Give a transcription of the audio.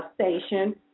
station